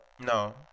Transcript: No